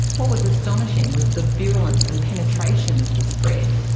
what was astonishing was the virulence and penetration of the spread,